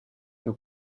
nur